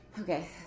Okay